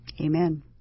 Amen